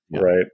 right